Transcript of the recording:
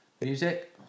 Music